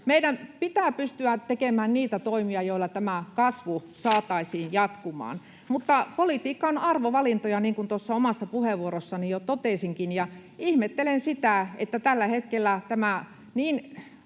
Meidän pitää pystyä tekemään niitä toimia, joilla tämä kasvu saataisiin jatkumaan, mutta politiikka on arvovalintoja, niin kuin tuossa omassa puheenvuorossani jo totesinkin. Ihmettelen sitä, että tällä hetkellä niin